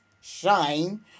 shine